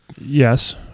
Yes